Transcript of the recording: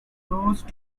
close